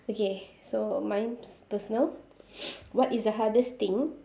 okay so mine pers~ personal what is the hardest thing